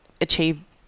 achieve